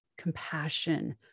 compassion